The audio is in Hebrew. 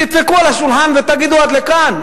תדפקו על השולחן ותגידו: עד כאן.